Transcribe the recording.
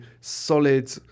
solid